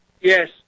Yes